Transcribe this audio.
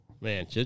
Man